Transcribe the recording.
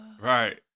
Right